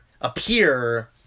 appear